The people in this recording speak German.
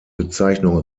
bezeichnung